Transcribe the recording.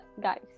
guys